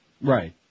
Right